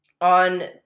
on